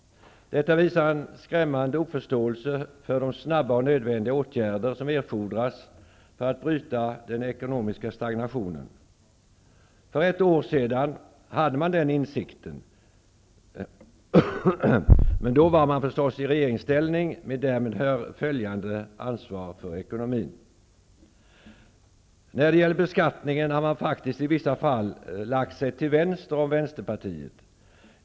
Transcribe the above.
Detta visar en skrämmande oförståelse för de snabba och nödvändiga åtgärder som erfordras för att bryta den ekonomiska stagnationen. För ett år sedan hade man den insikten, men då var man förstås i regeringsställning, med därmed följande ansvar för ekonomin. När det gäller beskattningen har Socialdemokraterna faktiskt i vissa fall lagt sig till vänster om Vänsterpartiet.